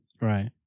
Right